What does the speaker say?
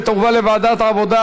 ותועבר לוועדת העבודה,